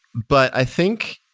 but i think,